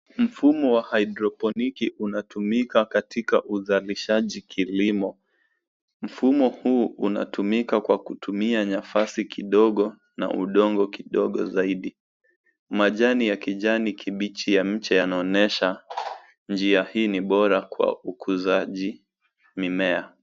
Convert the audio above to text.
Mfumo wa hydroponiki unatumika katika uzalishaji kilimo. Mfumo huu unatumika kwa kutumia nafasi kidogo na udongo kidogo zaidi. Majani ya kijani kibichi ya mche yanaonyesha njia hii ni bora kwa ukuzaji mimea.